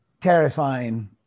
Terrifying